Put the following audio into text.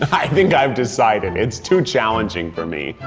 i think i've decided, it's to challenging for me.